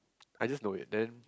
I just know it then